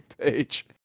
page